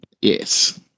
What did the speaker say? Yes